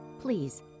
Please